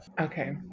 Okay